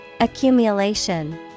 Accumulation